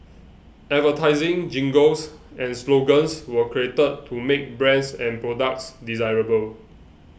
advertising jingles and slogans were created to make brands and products desirable